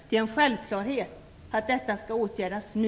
Det är en självklarhet att detta skall åtgärdas nu.